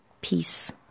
peace